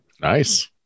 Nice